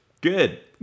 Good